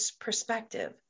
perspective